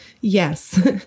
Yes